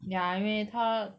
ya 因为他